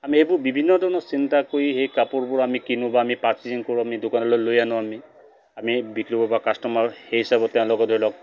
আমি এইবোৰ বিভিন্ন ধৰণৰ চিন্তা কৰি সেই কাপোৰবোৰ আমি কিনো বা আমি পাৰ্চেছিং কৰোঁ আমি দোকানলৈ লৈ আনো আমি আমি বিক্ৰী কৰো বা কাষ্টমাৰ সেই হিচাপত তেওঁলোকে ধৰি লওক